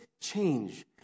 change